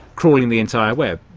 crawling the entire web,